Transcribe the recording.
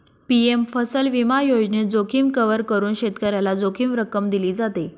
PM फसल विमा योजनेत, जोखीम कव्हर करून शेतकऱ्याला जोखीम रक्कम दिली जाते